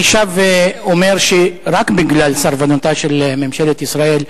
אני שב ואומר שרק בגלל סרבנותה של ממשלת ישראל,